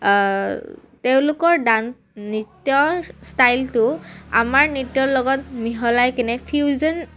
তেওঁলোকৰ ডান নৃত্যৰ ষ্টাইলটো আমাৰ নৃত্যৰ লগত মিহলাই কিনে ফিউজন